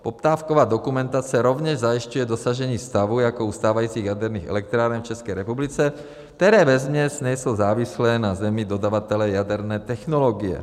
Poptávková dokumentace rovněž zajišťuje dosažení stavu jako u stávajících jaderných elektráren v České republice, které vesměs nejsou závislé na zemi dodavatele jaderné technologie.